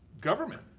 government